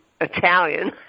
Italian